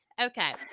okay